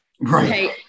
Right